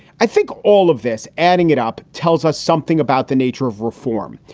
i think all of this adding it up tells us something about the nature of reform,